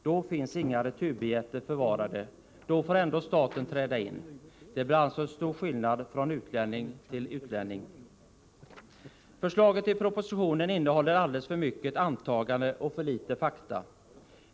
Då finns inga returbiljetter förvarade. Då får staten ändå träda in. Det blir alltså en stor skillnad från utlänning till utlänning. Förslaget i propositionen innehåller alldeles för många antaganden och för litet fakta.